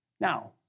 Now